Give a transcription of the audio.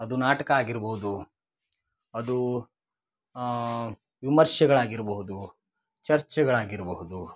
ಅದು ನಾಟಕ ಆಗಿರಬಹುದು ಅದು ವಿಮರ್ಶೆಗಳಾಗಿರಬಹುದು ಚರ್ಚೆಗಳಾಗಿರಬಹುದು